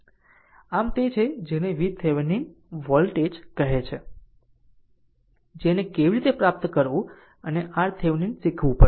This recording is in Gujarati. આમ તે તે છે જેને થેવીનિન r વોલ્ટેજ કહે છે કે જેને કેવી રીતે પ્રાપ્ત કરવું અને RThevenin શીખવું પડશે